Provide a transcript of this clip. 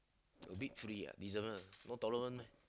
a bit free ah December no tournament meh